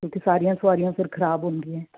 ਇੱਕ ਸਾਰੀਆਂ ਸਵਾਰੀਆਂ ਫਿਰ ਖਰਾਬ ਹੁੰਦੀਆਂ